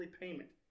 payment